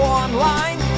online